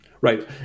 Right